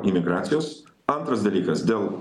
imigracijos antras dalykas dėl